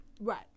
Right